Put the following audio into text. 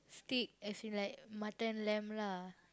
steak as in like mutton lamb lah